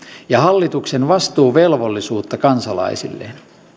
ja hallituksen vastuuvelvollisuutta kansalaisilleen